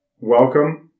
Welcome